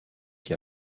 qui